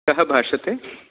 कः भाषते